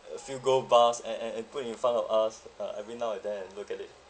a few gold bars and and and put in front of us uh every now and then and look at it